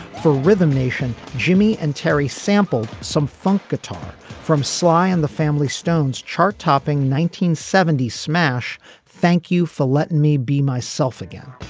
for rhythm nation jimmy and terry sampled some funk guitar from sly and the family stone's chart topping nineteen seventy s smash thank you for letting me be myself again.